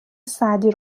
سعدی